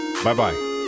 Bye-bye